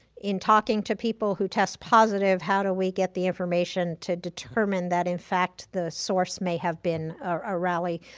in talking to people who test positive, how do we get the information to determine that in fact, the source may have been a rally.